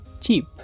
cheap